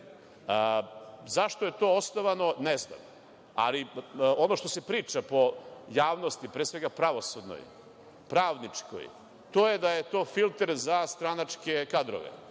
je to osnovano? Ne znam. Ali, ono što se priča po javnosti, pre svega pravosudnoj, pravničkoj, to je da je to filter za stranačke kadrove,